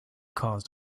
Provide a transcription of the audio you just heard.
caused